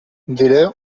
diré